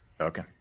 Okay